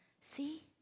see